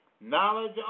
Knowledge